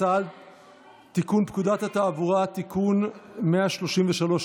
תיקון פקודת התעבורה (תיקון מס' 133),